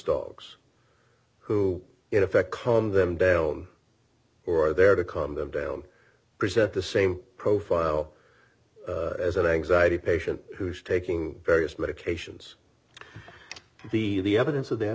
dogs who in effect calm them down or are there to calm them down present the same profile as an anxiety patient who is taking various medications the the evidence of that